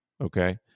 okay